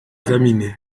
examiné